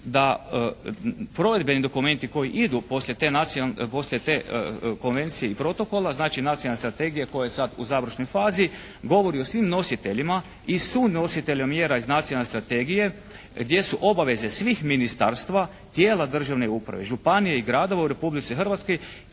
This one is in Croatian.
da provedbeni dokumenti koji idu poslije te, poslije te konvencije i protokola znači Nacionalne strategije koja je sad u završnoj fazi govori o svim nositeljima i sunositeljima mjera iz nacionalne strategije gdje su obaveze svih ministarstva, tijela državne uprave i županije i gradova u Republici Hrvatskoj